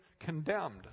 Condemned